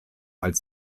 als